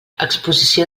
exposició